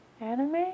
Anime